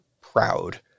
proud